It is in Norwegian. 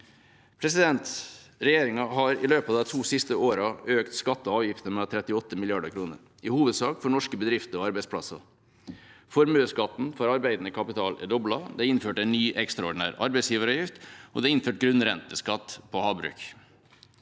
med. Regjeringa har i løpet av de to siste årene økt skatter og avgifter med 38 mrd. kr, i hovedsak for norske bedrifter og arbeidsplasser. Formuesskatten for arbeidende kapital er doblet. Det er innført en ny, ekstraordinær ar beidsgiveravgift, og det er innført grunnrenteskatt på havbruk.